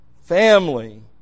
family